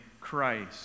Christ